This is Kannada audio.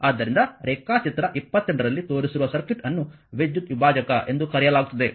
ಆದ್ದರಿಂದ ರೇಖಾಚಿತ್ರ 28 ರಲ್ಲಿ ತೋರಿಸಿರುವ ಸರ್ಕ್ಯೂಟ್ ಅನ್ನು ವಿದ್ಯುತ್ ವಿಭಾಜಕ ಎಂದು ಕರೆಯಲಾಗುತ್ತದೆ